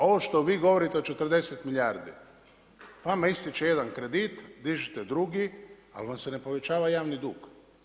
Ovo što vi govorite od 40 milijardi, vama ističe jedan kredit, dižete drugi, ali vam se ne povećava javni dug.